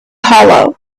hollow